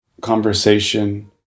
conversation